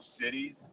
cities